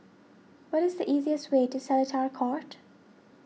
what is the easiest way to Seletar Court